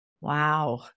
Wow